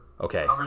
Okay